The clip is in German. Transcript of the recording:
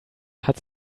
hat